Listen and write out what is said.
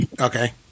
Okay